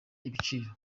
igiciro